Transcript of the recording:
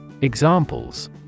Examples